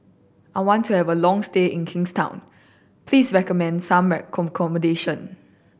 I want to have a long stay in Kingstown please recommend some accommodation